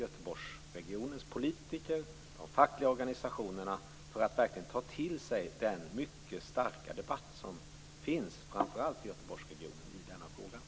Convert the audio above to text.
Göteborgsregionens politiker och fackliga organisationer för att verkligen ta till sig av den mycket starka debatt som finns framför allt i Göteborgsregionen i denna fråga?